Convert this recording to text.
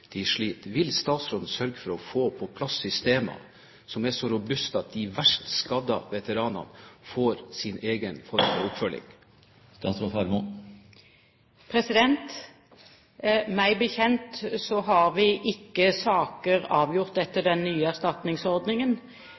de verst skadde veteranene får sin egen form for oppfølging? Meg bekjent har vi ikke saker avgjort etter den nye erstatningsordningen. Men når vi ser at